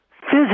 physics